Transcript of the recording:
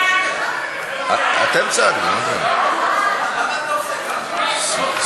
הודעת הממשלה על העברת סמכויות משר התקשורת לשר צחי הנגבי נתקבלה.